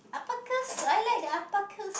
alpacas so I like the alpacas